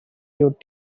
youth